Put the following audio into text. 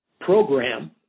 program